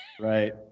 Right